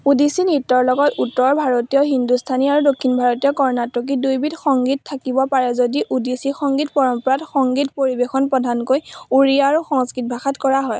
ওডিছী নৃত্যৰ লগত উত্তৰ ভাৰতীয় হিন্দুস্তানী আৰু দক্ষিণ ভাৰতীয় কৰ্ণাটকী দুয়োবিধ সংগীত থাকিব পাৰে যদিও ওডিছী সংগীত পৰম্পৰাত সংগীত পৰিৱেশন প্ৰধানকৈ উড়িয়া আৰু সংস্কৃত ভাষাত কৰা হয়